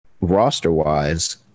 roster-wise